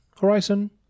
horizon